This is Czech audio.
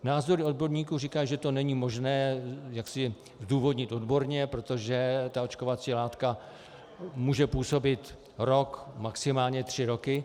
Názory odborníků říkají, že to není možné zdůvodnit odborně, protože ta očkovací látka může působit rok, maximálně tři roky.